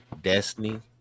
Destiny